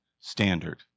standard